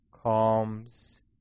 calms